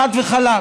חד וחלק.